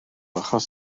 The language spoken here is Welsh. achos